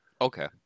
Okay